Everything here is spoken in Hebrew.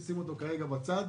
שים אותו כרגע בצד